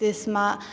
त्यसमा